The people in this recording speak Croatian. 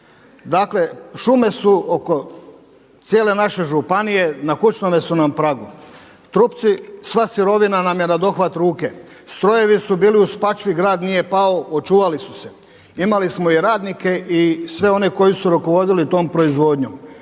Dakle, šume su oko cijele naše županije na kućnome su nam pragu. Trupci sva sirovina nam je na dohvat ruke. Strojevi su bili u Spačvi, grad nije pao, očuvali su se. Imali smo i radnike i sve one koji su rukovodili tom proizvodnjom.